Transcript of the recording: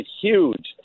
huge